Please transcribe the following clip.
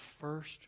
first